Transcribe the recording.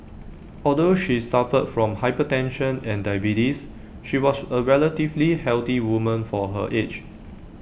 although she suffered from hypertension and diabetes she was A relatively healthy woman for her age